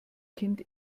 kind